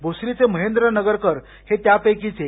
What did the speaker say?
भोसरीचे महेंद्र नगरकर हे त्यापैकीच एक